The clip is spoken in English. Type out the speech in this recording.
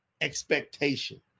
expectation